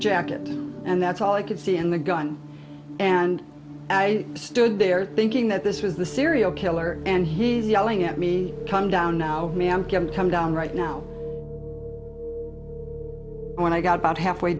jacket and that's all i could see in the gun and i stood there thinking that this was the serial killer and he's yelling at me come down now me i'm going to come down right now when i got about halfway